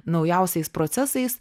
naujausiais procesais